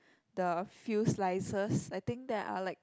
the few slices I think there are like